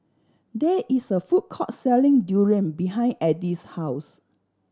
there is a food court selling durian behind Edie's house